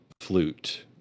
flute